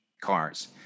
cars